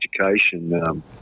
education